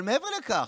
אבל מעבר לכך,